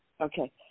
Okay